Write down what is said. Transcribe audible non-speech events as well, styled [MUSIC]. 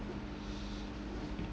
[BREATH]